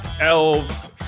elves